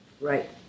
Right